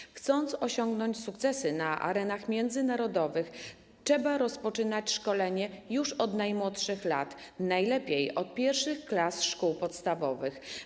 Jeśli chce się osiągnąć sukcesy na arenach międzynarodowych, trzeba rozpoczynać szkolenie już od najmłodszych lat, najlepiej od pierwszych klas szkół podstawowych.